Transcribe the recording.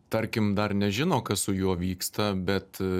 tarkim dar nežino kas su juo vyksta bet